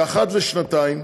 שאחת לשנתיים